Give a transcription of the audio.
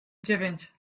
dziewięć